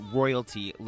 royalty